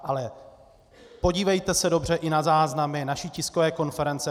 Ale podívejte se dobře i na záznamy naší tiskové konference.